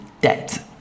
debt